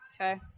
Okay